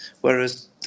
Whereas